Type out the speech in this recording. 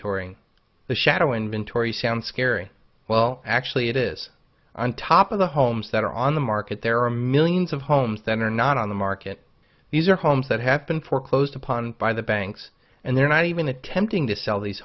y the shadow inventory sounds scary well actually it is on top of the homes that are on the market there are millions of homes that are not on the market these are homes that have been foreclosed upon by the banks and they're not even attempting to sell these